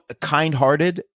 kind-hearted